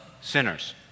sinners